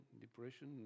depression